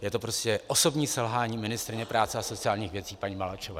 Je to prostě osobní selhání ministryně práce a sociálních věcí paní Maláčové.